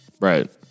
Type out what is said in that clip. right